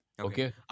Okay